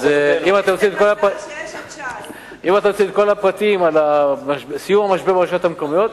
אז אם אתם רוצים את כל הפרטים על סיום המשבר ברשויות המקומיות,